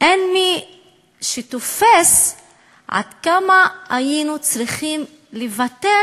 אין מי שתופס עד כמה היינו צריכים לוותר,